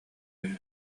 үһү